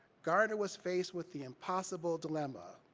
garner was faced with the impossible dilemma.